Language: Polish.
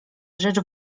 rzecz